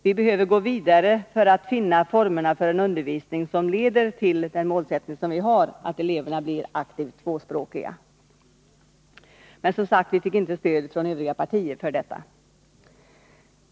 Vi behöver gå vidare för att finna formerna för en undervisning som leder till den målsättning vi har, nämligen att eleverna blir aktivt tvåspråkiga, men vi fick som sagt inte stöd från övriga partier för detta.